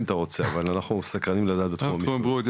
אבל אנחנו סקרנים בתחום המיסוי.